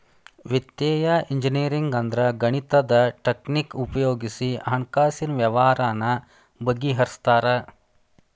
ವಿತ್ತೇಯ ಇಂಜಿನಿಯರಿಂಗ್ ಅಂದ್ರ ಗಣಿತದ್ ಟಕ್ನಿಕ್ ಉಪಯೊಗಿಸಿ ಹಣ್ಕಾಸಿನ್ ವ್ಯವ್ಹಾರಾನ ಬಗಿಹರ್ಸ್ತಾರ